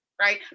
right